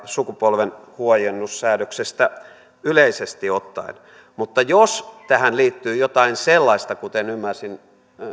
sukupolvenvaihdoshuojennussäädöksestä yleisesti ottaen mutta jos tähän liittyy jotain sellaista kuten ymmärsin